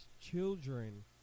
children